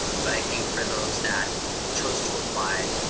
but i think for those that chose to apply,